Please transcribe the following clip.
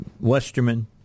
Westerman